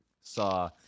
saw